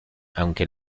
aunque